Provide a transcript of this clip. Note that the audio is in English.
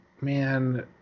man